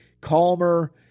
Calmer